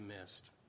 missed